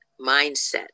mindset